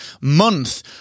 month